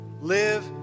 live